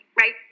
right